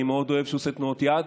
אני מאוד אוהב שהוא עושה תנועות יד,